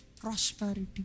Prosperity